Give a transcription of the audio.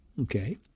Okay